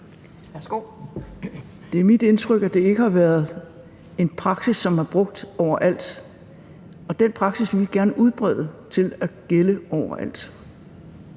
Det er mit indtryk, at det ikke har været en praksis, som har været brugt overalt, og den praksis vil vi gerne udbrede til at gælde overalt.